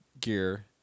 gear